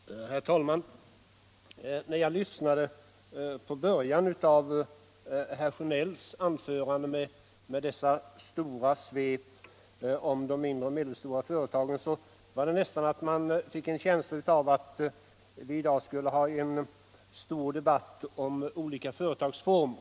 Nr 84 Herr talman! När jag lyssnade på början av herr Sjönells anförande, Onsdagen den med dess stora svep över de mindre och de medelstora företagen, fick 17 mars 1976 jag nästan en känsla av att vi i dag skulle föra en stor debatt om olika = företagsformer.